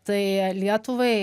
tai lietuvai